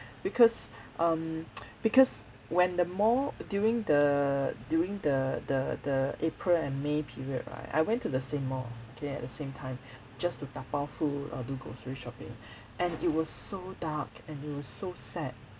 because um because when the mall during the during the the the april and may period right I went to the same mall okay at the same time just to tapao food or do grocery shopping and it was so dark and it was so sad